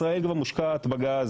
ישראל כבר מושקעת בגז.